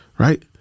Right